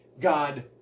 God